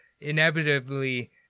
inevitably